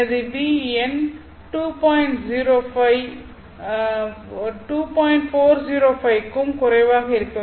405 க்கும் குறைவாக இருக்க வேண்டும்